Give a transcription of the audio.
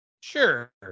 Sure